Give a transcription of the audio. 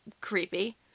creepy